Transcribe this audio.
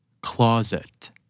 Closet